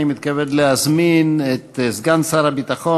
אני מתכבד להזמין את סגן שר הביטחון